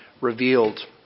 revealed